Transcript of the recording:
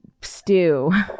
stew